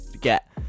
get